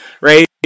right